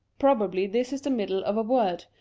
probably this is the middle of a word,